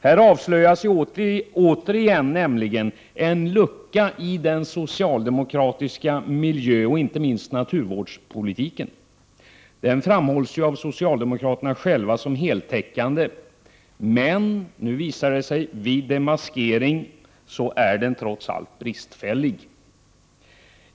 Här avslöjas återigen en lucka i den socialdemokratiska miljöoch inte minst naturvårdspolitiken. Den framhålls ju av socialdemokraterna själva som heltäckande, men vid demaskeringen visar det sig att den trots allt är bristfällig.